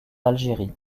algérie